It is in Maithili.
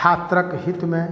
छात्रक हितमे